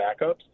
backups